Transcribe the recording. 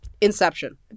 Inception